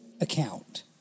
account